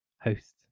host